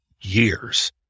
years